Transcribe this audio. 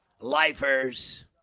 lifers